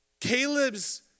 Caleb's